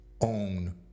own